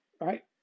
right